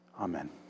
Amen